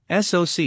SOC